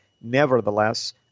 nevertheless